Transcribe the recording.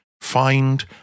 find